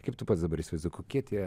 kaip tu pats dabar įsivaizduoji kokie tie